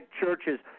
churches